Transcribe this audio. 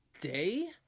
day